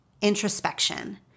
introspection